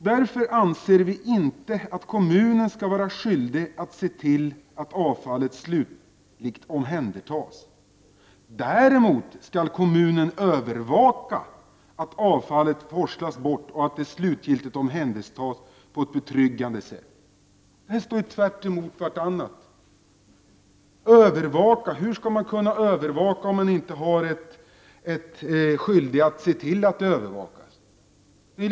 Därför anser vi inte att kommunen skall vara skyldig att se till att avfallet slutligt omhänder=- tas. Däremot skall kommunen övervaka att avfallet forslas bort och att det slutgiltigt omhändertas på ett betryggande sätt.” Här står påståendena tvärtemot varandra. Hur skall man kunna övervaka, om man inte är skyldig att se till att övervakning sker?